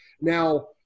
Now